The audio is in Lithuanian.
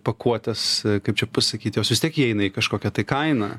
pakuotės kaip čia pasakyt jos vis tiek įeina į kažkokią tai kainą